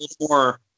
more